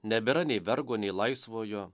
nebėra nei vergo nei laisvojo